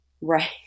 Right